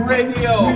Radio